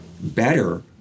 better